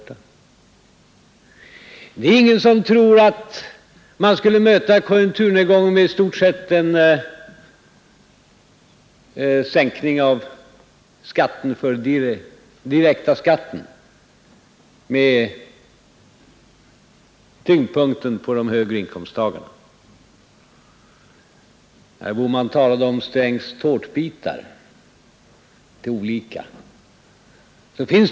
Det är heller ingen som tror att man kan möta konjunkturnedgången med endast en sänkning av den direkta skatten och med tyngdpunkten av sänkningen lagd på de högre inkomsttagarna. Herr Bohman talade om Strängs tårtbitar till olika grupper.